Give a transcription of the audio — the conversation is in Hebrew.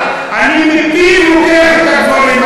אני מפיו לוקח את הדברים,